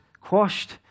quashed